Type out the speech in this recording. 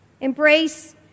Embrace